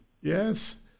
Yes